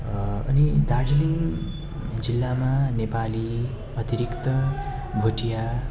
अनि दार्जिलिङ जिल्लामा नेपाली अतिरिक्त भोटिया